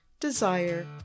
desire